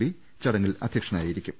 P ചടങ്ങിൽ അധൃക്ഷനായിരിക്കും